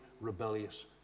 rebellious